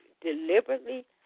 deliberately